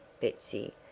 Betsy